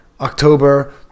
October